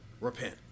repent